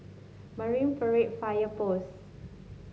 Marine Parade Fire Post